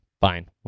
fine